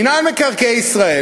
מינהל מקרקעי ישראל